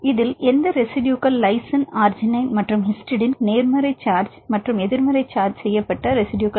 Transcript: இந்த வழக்கில் எந்த ரெசிடுயுகள் லைசின் அர்ஜினைன் மற்றும் ஹிஸ்டைடின் நேர்மறை சார்ஜ் மற்றும் எதிர்மறை சார்ஜ் செய்யப்பட்ட ரெசிடுயுகள்